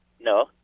no